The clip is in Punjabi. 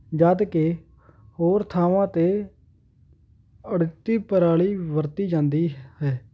ਜਦ ਕਿ ਹੋਰ ਥਾਵਾਂ ਤੇ ਅੜਤੀ ਪਰਾਲੀ ਵਰਤੀ ਜਾਂਦੀ ਹੈ